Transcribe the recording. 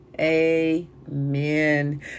amen